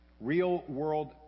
real-world